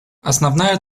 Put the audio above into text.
основная